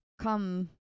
come